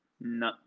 No